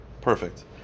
Perfect